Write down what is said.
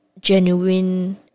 genuine